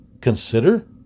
Consider